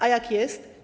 A jak jest?